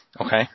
Okay